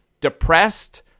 depressed